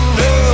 no